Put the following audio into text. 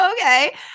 Okay